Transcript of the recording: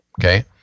Okay